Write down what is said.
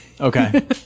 okay